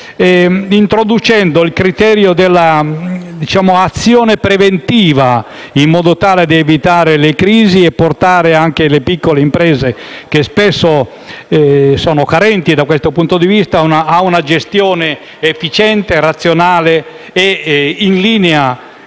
l'adozione del criterio dell'azione preventiva, in modo tale da evitare le crisi e portare anche le piccole imprese, che spesso sono carenti da questo punto di vista, a una gestione efficiente e razionale, in linea